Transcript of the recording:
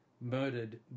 murdered